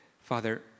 Father